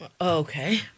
Okay